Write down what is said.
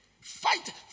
Fight